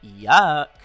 Yuck